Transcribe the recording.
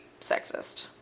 sexist